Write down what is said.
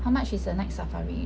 how much is the night safari